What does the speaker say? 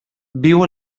viu